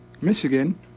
Michigan